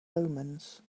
omens